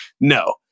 No